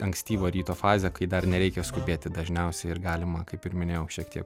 ankstyvo ryto fazė kai dar nereikia skubėti dažniausiai ir galima kaip ir minėjau šiek tiek